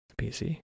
pc